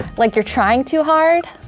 like you're trying too hard.